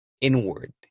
inward